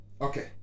okay